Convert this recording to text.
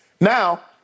Now